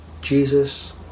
Jesus